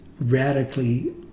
radically